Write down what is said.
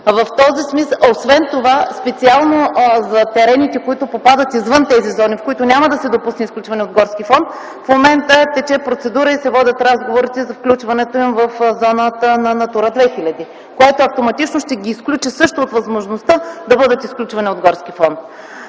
до момента. Освен това, специално за терените, които попадат извън тези зони, в които няма да се допусне изключване от горски фонд, в момента тече процедура и се водят разговорите за включването им в зоната на Натура 2000, което автоматично ще ги изключи също от възможността да бъдат изключвани от горски фонд.